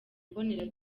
mbonera